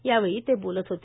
यावेळी ते बोलत होते